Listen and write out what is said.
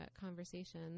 conversation